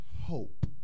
hope